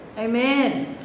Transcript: Amen